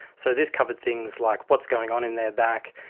so this covered things like what's going on in their back,